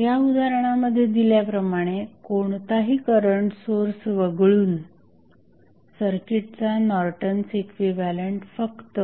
ह्या उदाहरणामध्ये दिल्याप्रमाणे कोणताही करंट सोर्स वगळून सर्किटचा नॉर्टन्स इक्विव्हॅलंट फक्त